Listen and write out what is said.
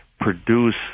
produce